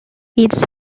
its